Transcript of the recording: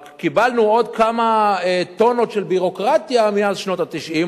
רק קיבלנו עוד כמה טונות של ביורוקרטיה מאז שנות ה-90,